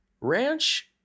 ranch